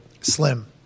Slim